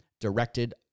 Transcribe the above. directed